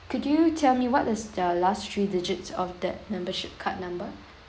could you tell me what is the last three digits of that membership card number